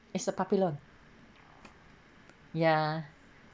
it's a puppy love ya